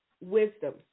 wisdom